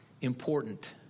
important